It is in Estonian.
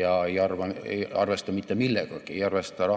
ega arvesta mitte millegagi – see ei arvesta